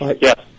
Yes